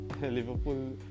Liverpool